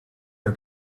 her